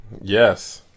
Yes